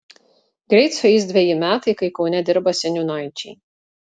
greit sueis dveji metai kai kaune dirba seniūnaičiai